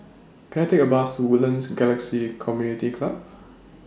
Can I Take A Bus to Woodlands Galaxy Community Club